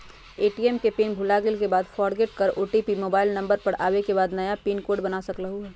ATM के pin भुलागेल के बाद फोरगेट कर ओ.टी.पी मोबाइल नंबर पर आवे के बाद नया पिन कोड बना सकलहु ह?